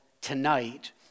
tonight